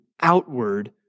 outward